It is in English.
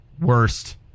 worst